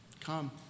Come